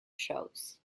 shows